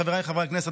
חבריי חברי הכנסת,